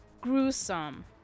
gruesome